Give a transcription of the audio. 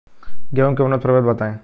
गेंहू के उन्नत प्रभेद बताई?